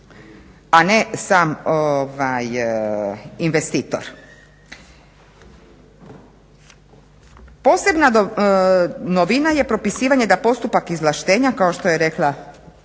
a ne sam investitor. Posebna novina je propisivanje da postupak izvlaštenja kao što je rekla